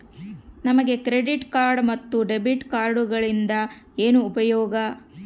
ನಮಗೆ credit card ಮತ್ತು debit ಕಾರ್ಡುಗಳಿಂದ ಏನು ಉಪಯೋಗ?